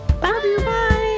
Bye